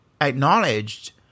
acknowledged